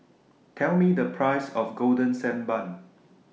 Tell Me The Price of Golden Sand Bun